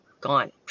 gone